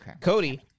Cody